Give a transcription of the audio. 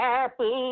Happy